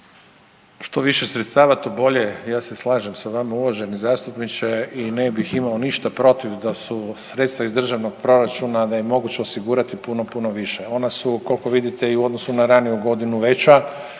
Što više sredstava to bolje. Ja se slažem sa vama uvaženi zastupniče i ne bih imao ništa protiv da su sredstva iz državnog proračuna da ih je moguće osigurati puno, puno više. Ona su koliko vidite i u odnosu na raniju godinu veća,